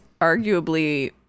arguably